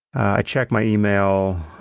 i check my email.